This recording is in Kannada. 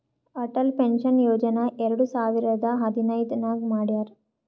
ಅಟಲ್ ಪೆನ್ಷನ್ ಯೋಜನಾ ಎರಡು ಸಾವಿರದ ಹದಿನೈದ್ ನಾಗ್ ಮಾಡ್ಯಾರ್